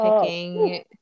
picking